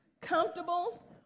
comfortable